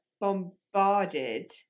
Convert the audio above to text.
bombarded